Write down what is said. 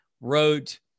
wrote